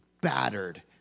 battered